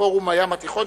פורום הים התיכון,